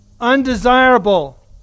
undesirable